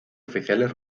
oficiales